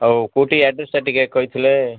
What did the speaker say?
ହଉ କେଉଁଠି ଆଡ଼୍ରେସଟା ଟିକେ କହିଥିଲେ